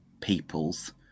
peoples